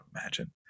imagine